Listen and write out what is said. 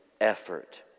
effort